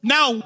Now